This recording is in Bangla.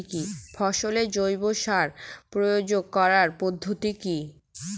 ফসলে জৈব সার প্রয়োগ করার পদ্ধতি কি?